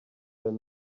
their